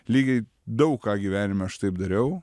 lygiai daug ką gyvenime aš taip dariau